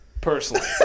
personally